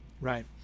right